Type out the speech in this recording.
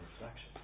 reflection